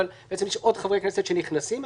אבל יש עוד חברי כנסת שנכנסים,